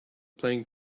playing